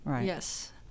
Yes